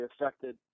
affected